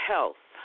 Health